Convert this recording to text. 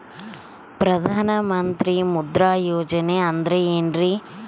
ಪ್ರಧಾನ ಮಂತ್ರಿ ಮುದ್ರಾ ಯೋಜನೆ ಅಂದ್ರೆ ಏನ್ರಿ?